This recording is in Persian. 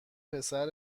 پسر